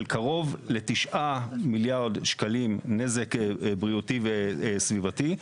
קרוב ל-9 מיליארד שקלים נזק בריאותי וסביבתי.